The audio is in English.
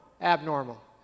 abnormal